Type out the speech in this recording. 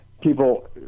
People